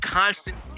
constant